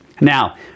now